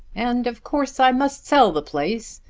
and of course i must sell the place.